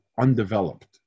undeveloped